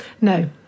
No